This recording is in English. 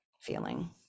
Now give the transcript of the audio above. feeling